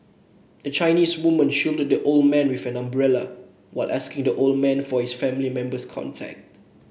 a Chinese woman shielded the old man with an umbrella while asking the old man for his family member's contact